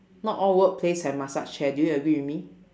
not all workplace have massage chair do you agree with me